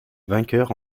vainqueur